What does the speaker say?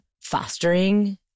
fostering